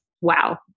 Wow